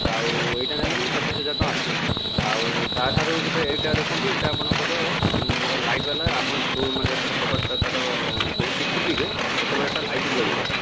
ଆଉ ଏଇଟା ନେଲେ କିନ୍ତୁ ପଚିଶ ହଜାର ଟଙ୍କା ଆସିବ ଆଉ ତା'ଠାରୁ ଗୋଟେ ଏଇଟା ଦେଖନ୍ତୁ ଏଇଟା ଆପଣଙ୍କର ଲାଇଟ ବାଲା ଆପଣ ଡୋର ମାନେ ଯେତବେଳେ କବାଟ ତା'ର ଡୋରଟି ଖୋଲିବେ ସେତେବେଳେ ଏ'ଟା ଲାଇଟ ଜଳିବ